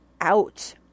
out